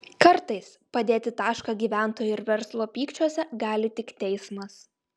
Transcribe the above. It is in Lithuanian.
kartais padėti tašką gyventojų ir verslo pykčiuose gali tik teismas